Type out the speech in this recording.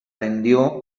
vendió